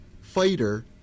fighter